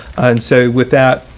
and so with that,